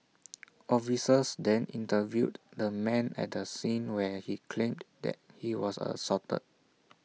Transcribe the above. officers then interviewed the man at the scene where he claimed that he was assaulted